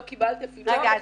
לא קיבלתי אפילו תשובה אחת.